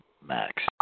Max